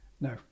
No